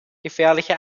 gefährliche